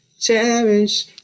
cherish